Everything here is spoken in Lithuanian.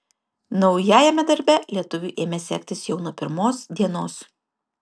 naujajame darbe lietuviui ėmė sektis jau nuo pirmos dienos